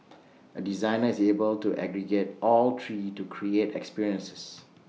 A designer is able to aggregate all three to create experiences